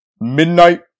Midnight